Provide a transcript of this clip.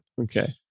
okay